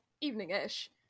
evening-ish